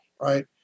right